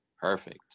perfect